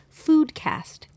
foodcast